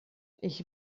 ich